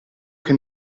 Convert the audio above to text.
che